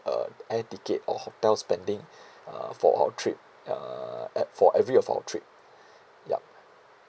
uh air ticket or hotel spending uh for our trip uh at for every of our trip yup